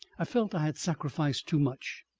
i felt i had sacrificed too much,